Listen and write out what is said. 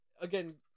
again